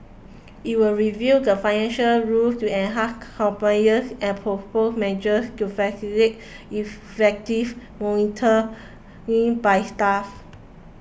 it will review the financial rules to enhance compliance and propose measures to facilitate effective monitoring by staff